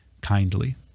kindly